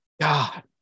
God